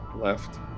left